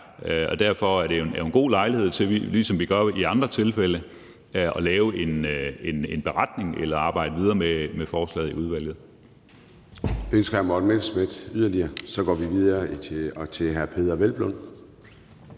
og derfor er det jo en god lejlighed til – ligesom vi gør i de andre tilfælde – at lave en beretning eller arbejde videre med forslaget i udvalget.